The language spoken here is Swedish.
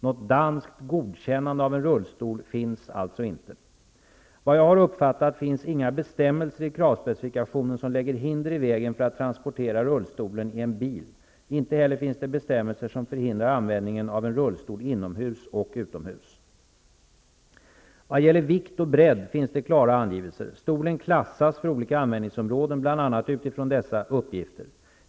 Något danskt ''godkännande'' av en rullstol finns alltså inte. Vad jag har uppfattat, finns inga bestämmelser i kravspecifickationen som lägger hinder i vägen för att tranportera rullstolen i en bil. Inte heller finns det betstämmelser som förhindrar användningen av en rullstol inomhus och utomhus. Vad gäller vikt och bredd finns klara angivelser. Stolen klassas för olika användningsområden bl.a. utifrån dessa uppgifter.